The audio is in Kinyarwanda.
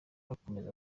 bakomeza